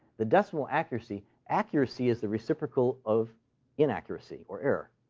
the decimal accuracy accuracy is the reciprocal of inaccuracy or error.